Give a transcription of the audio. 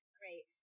great